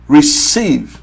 Receive